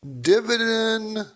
Dividend